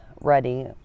ready